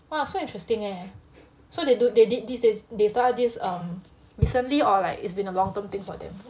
!wah! so interesting eh so they do they did this they started this um recently or it has been long-term thing for them